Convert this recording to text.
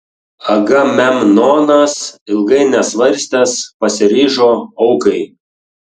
agamemnonas ilgai nesvarstęs pasiryžo aukai